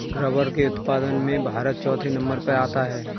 rubber के उत्पादन में भारत चौथे नंबर पर आता है